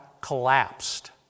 collapsed